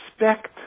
respect